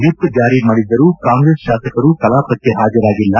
whip ಜಾರಿ ಮಾಡಿದ್ದರೂ ಕಾಂಗ್ರೆಸ್ ಶಾಸಕರು ಕಲಾಪಕ್ಕೆ ಹಾಜರಾಗಿಲ್ಲ